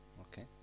Okay